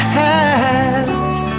hands